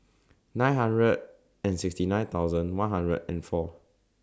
nine hundred and sixty nine thousand one hundred and four